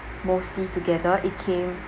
mostly together it came